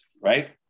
right